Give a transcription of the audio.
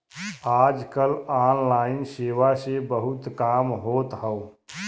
आज कल ऑनलाइन सेवा से बहुत काम होत हौ